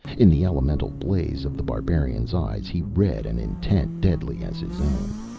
in the elemental blaze of the barbarian's eyes he read an intent deadly as his own.